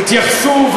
התייחסו,